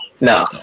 No